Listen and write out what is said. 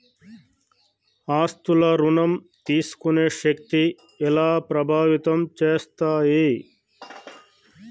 ఆస్తుల ఋణం తీసుకునే శక్తి ఎలా ప్రభావితం చేస్తాయి?